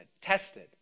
tested